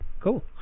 cool